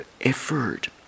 effort